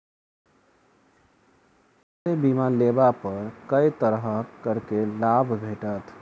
स्वास्थ्य बीमा लेबा पर केँ तरहक करके लाभ भेटत?